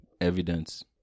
evidence